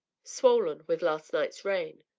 swollen with last night's rain.